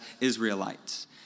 Israelites